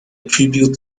tribute